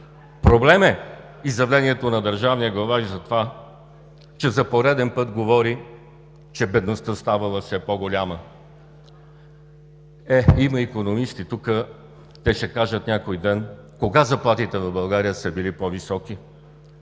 Проблем е изявлението на държавния глава и това, че за пореден път говори, че бедността ставала все по-голяма. Е, има икономисти тук, те ще кажат някой ден кога заплатите в България са били по-високи.